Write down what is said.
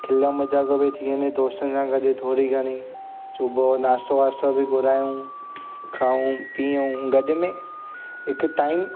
खिल मज़ाक बि थी वञे दोस्तनि सां गॾु थोरी घणी सुबुह जो नाश्तो वाश्तो घुरायूं खाऊं पीऊं गॾु में हिकु टाइम